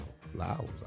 flowers